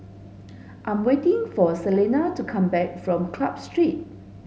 I'm waiting for Celena to come back from Club Street